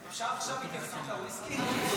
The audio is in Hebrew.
אפשר עכשיו התייחסות לוויסקי.